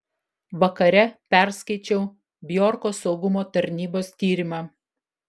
vakare perskaičiau bjorko saugumo tarnybos tyrimą